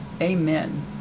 amen